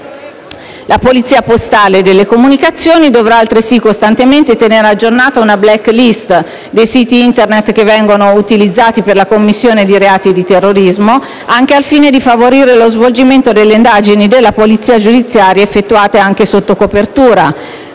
La polizia postale e delle comunicazioni dovrà altresì costantemente tenere aggiornata una *black list* dei siti Internet che vengano utilizzati per la commissione di reati di terrorismo, anche al fine di favorire lo svolgimento delle indagini della polizia giudiziaria, effettuate anche sotto copertura.